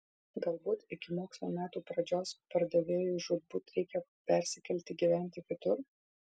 galbūt iki mokslo metų pradžios pardavėjui žūtbūt reikia persikelti gyventi kitur